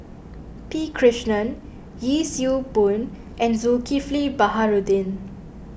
P Krishnan Yee Siew Pun and Zulkifli Baharudin